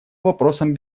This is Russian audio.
вопросам